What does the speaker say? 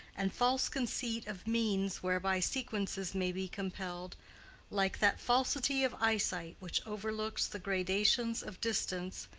and false conceit of means whereby sequences may be compelled like that falsity of eyesight which overlooks the gradations of distance,